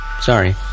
Sorry